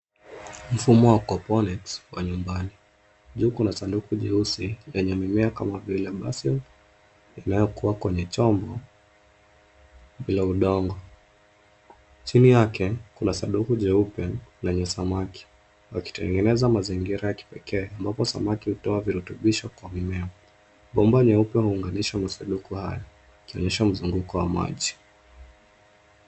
Mfumo wa koponics wa nyumbani. Juu kuna sanduku jeusi lenye mimea kama vile basil limewekwa kwenye chombo bila udongo. Chini yake kuna sanduku jeupe lenye samaki, yakitengeneza mazingira ya kipekee ambapo samaki hutoa virutubisho kwa mimea. Bomba nyeupe huunganisha masanduku ya maji, yakionyesha mzunguko wa maji.